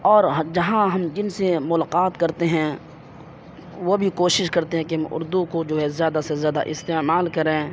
اور جہاں ہم جن سے ملاقات کرتے ہیں وہ بھی کوشش کرتے ہیں کہ ہم اردو کو جو ہے زیادہ سے زیادہ استعمال کریں